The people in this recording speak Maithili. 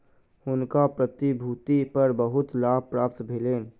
हुनका प्रतिभूति पर बहुत लाभ प्राप्त भेलैन